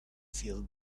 feel